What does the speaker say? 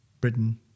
Britain